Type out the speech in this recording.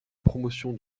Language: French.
promotion